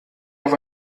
auf